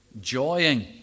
joying